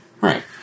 Right